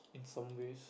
in some ways